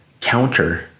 counter